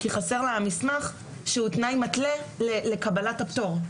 כי, חסר לה המסמך שהוא תנאי מתלה לקבלת הפטור.